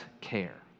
care